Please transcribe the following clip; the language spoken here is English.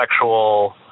sexual